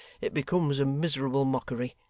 it becomes a miserable mockery.